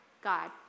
God